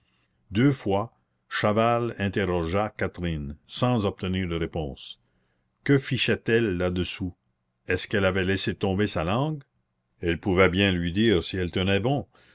deux fois chaval interrogea catherine sans obtenir de réponse que fichait elle là-dessous est-ce qu'elle avait laissé tomber sa langue elle pouvait bien lui dire si elle tenait bon